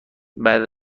بعد